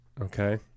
Okay